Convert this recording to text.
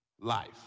life